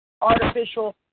artificial